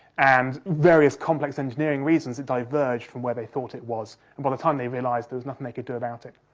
and various complex engineering reasons, it diverged from where they thought it was, and by the time they realised, there was nothing they could do about it.